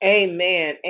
amen